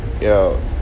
yo